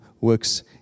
works